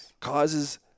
causes